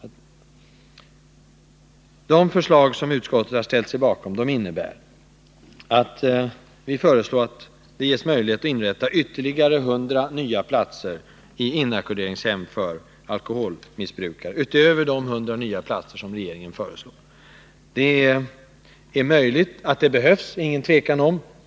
De förslag som utskottet har ställt sig bakom innebär att man anordnar ytterligare 100 nya platser vid inackorderingshem för alkoholmissbrukare utöver de 100 nya platser som regeringen föreslår. Att dessa platser behövs råder det inget tvivel om.